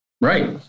Right